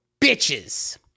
bitches